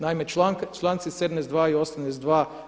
Naime, članci 72. i 82.